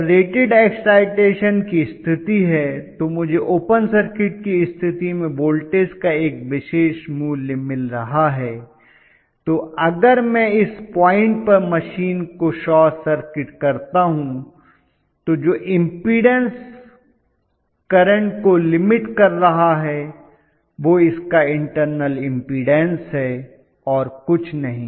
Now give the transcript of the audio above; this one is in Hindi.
जब रेटेड एक्साइटेशन है और मुझे ओपन सर्किट की स्थिति में वोल्टेज का एक विशेष मूल्य मिल रहा है तो अगर मैं इस पॉइंट पर मशीन को शॉर्ट सर्किट करता हूं तो जो इम्पीडन्स करंट को लिमिट कर रहा है वह इसका इंटरनल इम्पीडन्स है और कुछ नहीं